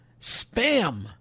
Spam